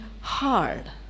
hard